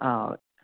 ആഹ്